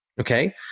okay